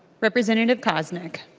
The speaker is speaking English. representative koznick